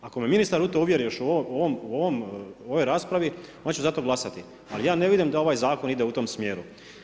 Ako me ministar u tome uvjeri, još u ovoj raspravi, onda ću za to glasati, ali ja ne vidim da ovaj zakon ide u tom smjeru.